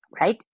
Right